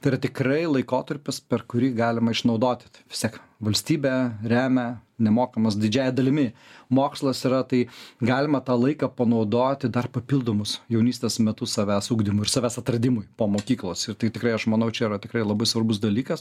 tai yra tikrai laikotarpis per kurį galima išnaudoti vis tiek valstybė remia nemokamas didžiąja dalimi mokslas yra tai galima tą laiką panaudoti dar papildomus jaunystės metus savęs ugdymui ir savęs atradimui po mokyklos ir tai tikrai aš manau čia yra tikrai labai svarbus dalykas